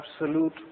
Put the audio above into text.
absolute